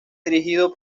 dirigido